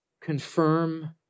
Confirm